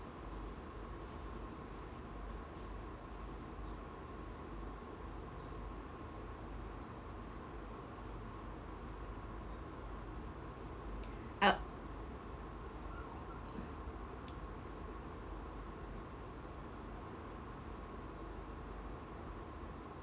uh